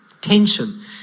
tension